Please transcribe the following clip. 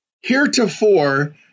heretofore